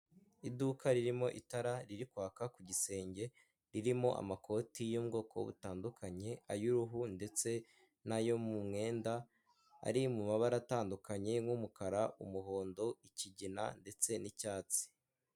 Iduka ririmo itara riri kwaka ku gisenge, ririmo amakoti yo mu bwoko butandukanye; ay'uruhu ndetse n'ayo mu mwenda, ari mu mabara atandukanye, nk'umukara, umuhondo, ikigina, ndetse n'icyatsi.